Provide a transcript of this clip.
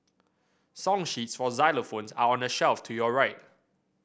song sheets for xylophones are on the shelf to your right